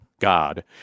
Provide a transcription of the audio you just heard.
God